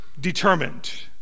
determined